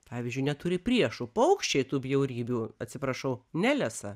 pavyzdžiui neturi priešų paukščiai tų bjaurybių atsiprašau nelesa